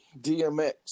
DMX